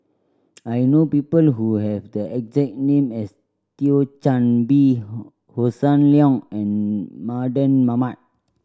I know people who have the exact name as Thio Chan Bee Hossan Leong and Mardan Mamat